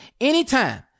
anytime